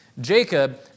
Jacob